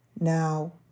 Now